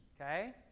Okay